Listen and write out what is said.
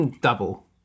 Double